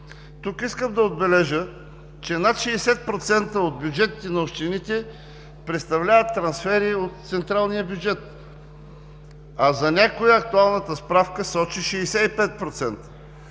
Тук искам да отбележа, че над 60% от бюджетите на общините представляват трансфери от централния бюджет, а за някои актуалната справка сочи 65%.